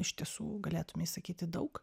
iš tiesų galėtumei sakyti daug